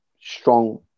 strong